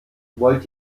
wollt